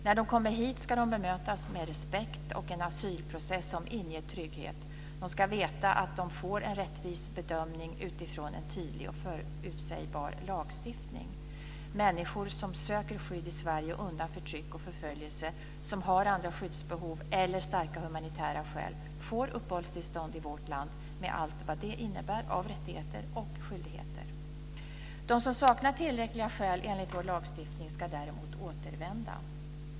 När de kommer hit ska de bemötas med respekt och en asylprocess som inger trygghet. De ska veta att de får en rättvis bedömning utifrån en tydlig och förutsägbar lagstiftning. Människor som söker skydd i Sverige undan förtryck och förföljelse eller som har andra skyddsbehov eller starka humanitära skäl får uppehållstillstånd i vårt land med allt vad det innebär av rättigheter och skyldigheter. De som saknar tillräckliga skäl enligt vår lagstiftning ska däremot återvända.